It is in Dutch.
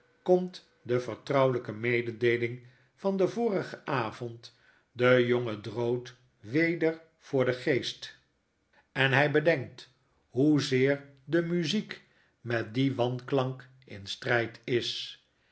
komt de vertrouwelpe mededeeling van den vorigen avond den jongen drood weder voor den geest en dickens de kloh van meester humphrey het gehetm van edwtn dflofto hy bedenkt hoezeer de muziek met dien wanklank in stryd is